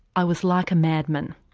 i was like a madman.